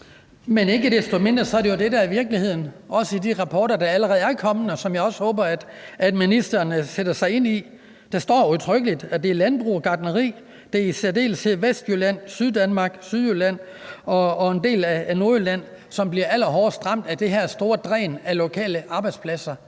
Men ikke desto mindre er det jo det, der er virkeligheden – også i de rapporter, der allerede er kommet, og som jeg også håber at ministeren sætter sig ind i. Der står udtrykkeligt, at det er landbruget og gartnerier og i særdeleshed Sydvestjylland, Syddanmark, Sydjylland og en del af Nordjylland, som bliver allerhårdest ramt af det her store dræn af lokale arbejdspladser.